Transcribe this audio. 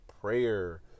prayer